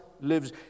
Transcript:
lives